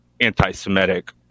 anti-Semitic